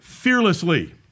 Fearlessly